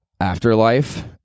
Afterlife